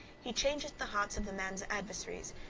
he changeth the hearts of the man's adversaries,